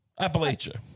Appalachia